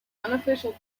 unofficial